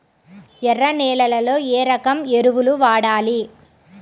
ఎర్ర నేలలో ఏ రకం ఎరువులు వాడాలి?